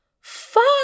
Fuck